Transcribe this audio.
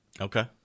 Okay